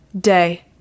Day